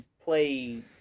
play